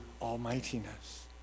almightiness